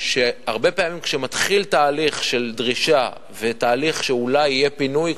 הרבה פעמים כשמתחיל תהליך של דרישה ותהליך שאולי יהיה פינוי,